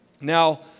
Now